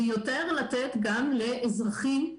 ויותר לתת גם לאזרחים,